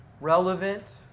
relevant